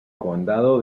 condado